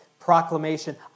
proclamation